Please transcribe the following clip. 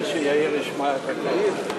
אני צריך שיאיר ישמע את הדברים.